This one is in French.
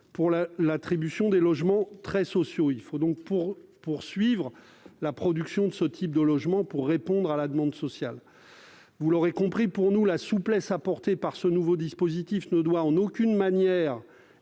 pour l'attribution des logements très sociaux. Il faut donc poursuivre la production de ce type de logements pour répondre à la demande sociale. Vous l'aurez compris, pour nous, la souplesse apportée par ce nouveau dispositif ne doit en aucune manière